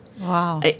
Wow